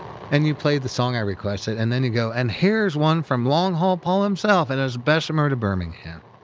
and you played the song i requested and then you go, and here's one from long haul paul himself. and it was bessemer to birmingham.